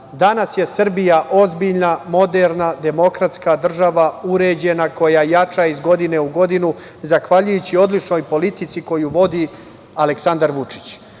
prava. Danas je Srbija ozbiljna moderna, demokratska država, uređena koja jača iz godine u godinu, zahvaljujući odličnoj politici koju vodi Aleksandar